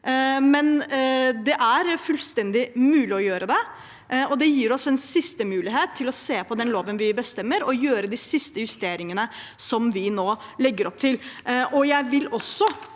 men det er fullstendig mulig å gjøre det, og det gir oss en siste mulighet til å se på den loven vi vedtar, og gjøre de siste justeringene som vi nå legger opp til.